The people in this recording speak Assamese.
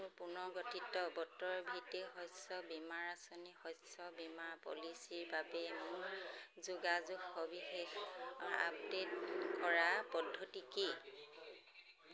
মোৰ পুনৰ্গঠিত বতৰ ভিত্তিক শস্য বীমা আঁচনি শস্য বীমা পলিচীৰ বাবে মোৰ যোগাযোগৰ সবিশেষ আপডে'ট কৰাৰ পদ্ধতি কি